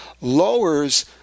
lowers